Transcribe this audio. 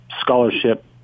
scholarship